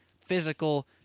physical